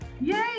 Yay